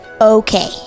Okay